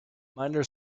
minor